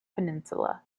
peninsula